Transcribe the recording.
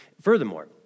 Furthermore